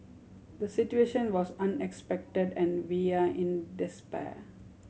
the situation was unexpected and we are in despair